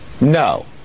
no